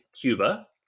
Cuba